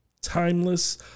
timeless